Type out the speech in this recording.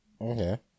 Okay